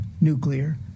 nuclear